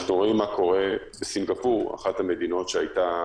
אנחנו רואים מה קורה בסינגפור, אחת המדינות שהיתה